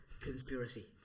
Conspiracy